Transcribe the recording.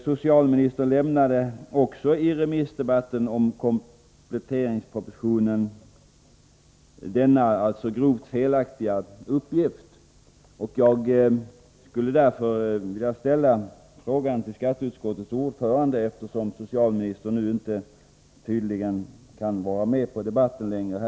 Socialministern lämnade också i remissdebatten om kompletteringspropositionen den grovt felaktiga uppgift jag tidigare nämnde. Jag skulle därför vilja ställa en fråga till skatteutskottets ordförande, eftersom socialministern tydligen inte längre kan vara med i debatten här i kammaren.